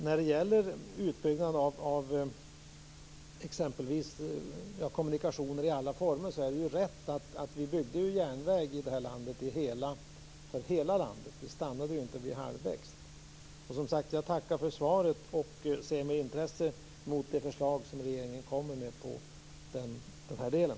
När det gäller utbyggnaden av exempelvis kommunikationer i alla former är det ju rätt att vi byggde järnväg för hela landet. Vi stannade inte halvvägs. Som sagt, jag tackar för svaret. Jag ser med intresse fram emot de förslag som regeringen kommer med i den här delen.